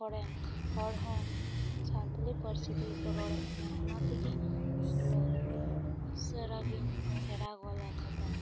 ᱠᱚᱨᱮᱱ ᱦᱚᱲᱦᱚ ᱥᱟᱱᱛᱟᱞᱤ ᱯᱟᱹᱨᱥᱤ ᱛᱮᱜᱮᱠᱚ ᱨᱚᱲᱮᱫ ᱠᱟᱱ ᱛᱮᱦᱮᱱᱟ ᱚᱱᱟᱛᱮᱜᱮ ᱤᱧᱫᱚᱧ ᱩᱥᱟᱹᱨᱟ ᱜᱤᱧ ᱥᱮᱬᱟ ᱜᱚᱫ ᱟᱠᱟᱫᱟ